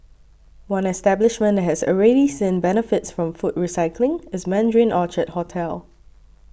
one establishment that has already seen benefits from food recycling is Mandarin Orchard hotel